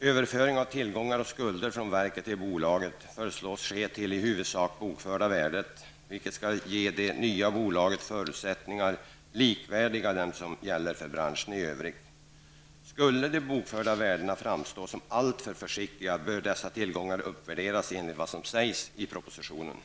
Överföringen av tillgångar och skulder från verket till bolaget föreslås ske till i huvudsak det bokförda värdet, vilket skulle ge det nya bolaget förutsättningar likvärdiga med dem som gäller för branschen i övrigt. Skulle de bokförda värdena framstå som alltför försiktiga, bör dessa tillgångar uppvärderas enligt vad som sägs i propositionen.